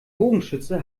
bogenschütze